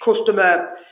customer